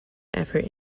effort